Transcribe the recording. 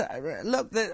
Look